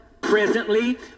presently